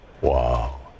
wow